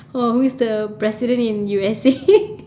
or who is the president in U_S_A